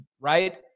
right